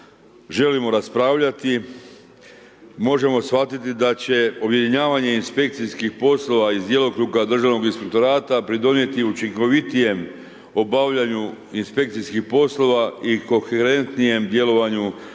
možemo shvatiti da će objedinjavanje inspekcijskih poslova iz djelokruga Državnog inspektorata pridonijeti učinkovitijem obavljanju inspekcijskih poslova i koherentnijem djelovanju u nadzoru